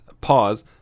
pause